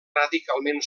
radicalment